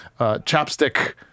chapstick